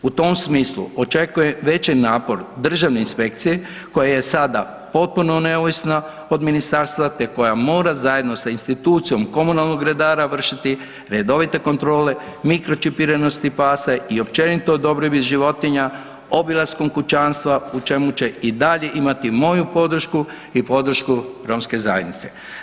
U tom smislu očekujem veći napor državne inspekcije koja je sada potpuno neovisna od ministarstva te koja mora zajedno sa institucijom komunalnog redara vršiti redovite kontrole, mikročipiranosti pasa i općenito dobrobit životinja, obilaskom kućanstva pri čemu će i dalje imati moju podršku i podršku romske zajednice.